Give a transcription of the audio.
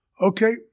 Okay